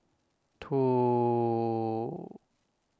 two